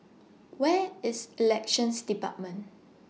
Where IS Elections department